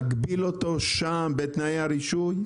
אולי להגביל אותו שם, בתנאי הרישוי.